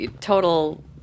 total